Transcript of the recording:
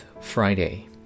Friday